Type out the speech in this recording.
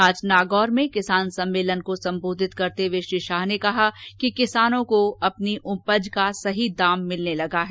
आज नागौर में किसान सम्मेलन को सम्बोधित करते हुए श्री शाह ने कहा कि किसानों को अपनी उपज का दाम सही मिलने लगा है